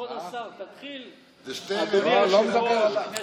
כבוד השר, תתחיל: אדוני היושב-ראש, כנסת נכבדה.